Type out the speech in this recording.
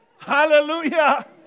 Hallelujah